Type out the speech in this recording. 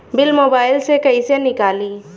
Bill mobile से कईसे निकाली?